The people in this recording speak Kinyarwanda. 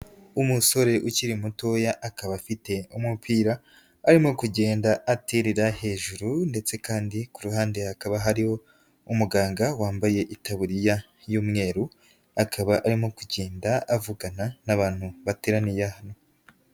Umusore ukiri mutoya akaba afite umupira arimo kugenda aterera hejuru ndetse kandi ku ruhande hakaba hariho umuganga wambaye itaburiya y'umweru, akaba arimo kugenda avugana n'abantu bateraniye hano.